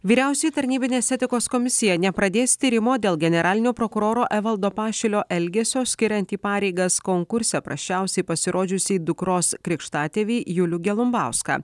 vyriausioji tarnybinės etikos komisija nepradės tyrimo dėl generalinio prokuroro evaldo pašilio elgesio skiriant į pareigas konkurse prasčiausiai pasirodžiusį dukros krikštatėvį julių gelumbauską